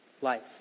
life